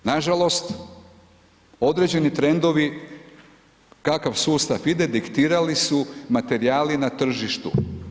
Nažalost, određeni trendovi kakav sustav ide, diktirali su materijali na tržištu.